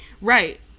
right